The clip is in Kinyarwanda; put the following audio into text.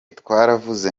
twaravuze